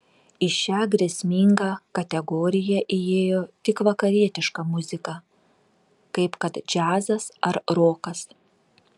į šią grėsmingą kategoriją įėjo tik vakarietiška muzika kaip kad džiazas ar rokas